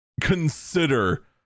consider